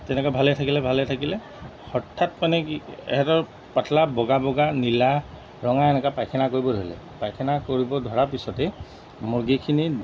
তেনেকৈ ভালেই থাকিলে ভালেই থাকিলে হঠাৎ মানে কি ইহঁতৰ পাতলা বগা বগা নীলা ৰঙা এনেকুৱা পাইখানা কৰিব ধৰিলে পাইখানা কৰিব ধৰাৰ পিছতেই মুৰ্গীখিনি